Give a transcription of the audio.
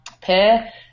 pair